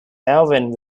irvine